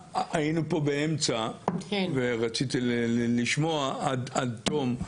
היינו פה באמצע ורציתי לשמוע עד תום.